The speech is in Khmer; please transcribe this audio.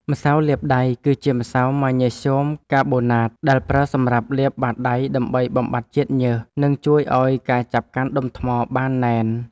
ម្សៅលាបដៃ គឺជាម្សៅម៉ាញ៉េស្យូមកាបូណាតដែលប្រើសម្រាប់លាបបាតដៃ ដើម្បីបំបាត់ជាតិញើស និងជួយឱ្យការចាប់កាន់ដុំថ្មបានណែន។